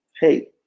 Hey